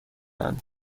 اند